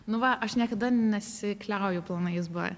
nu va aš niekada nesikliauju planais b